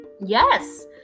Yes